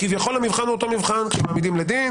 כביכול המבחן הוא אותו מבחן כשמעמידים לדין.